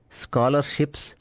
scholarships